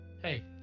hey